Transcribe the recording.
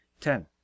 ten